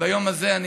ביום הזה אני